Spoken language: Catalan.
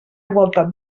igualtat